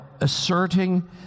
asserting